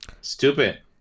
Stupid